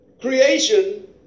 Creation